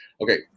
Okay